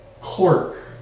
clerk